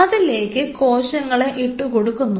അതിലേക്ക് കോശങ്ങളെ ഇട്ടു കൊടുക്കുന്നു